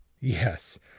Yes